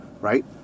right